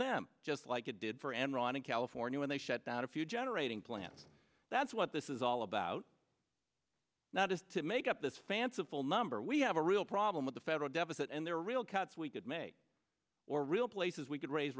them just like it did for enron in california when they shut down a few generating play and that's what this is all about not just to make up this fanciful number we have a real problem with the federal deficit and there are real cuts we could make or real places we could raise